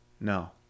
No